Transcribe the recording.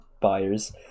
buyers